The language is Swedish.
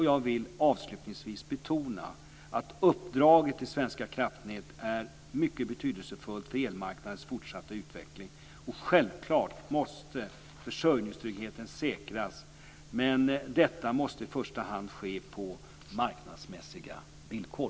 Jag vill avslutningsvis betona att uppdraget till Svenska kraftnät är mycket betydelsefullt för elmarknadens fortsatta utveckling. Självklart måste försörjningstryggheten säkras, men detta måste i första hand ske på marknadsmässiga villkor.